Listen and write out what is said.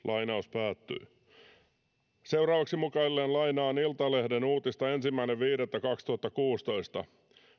seuraavaksi mukaillen lainaan iltalehden uutista ensimmäinen viidettä kaksituhattakuusitoista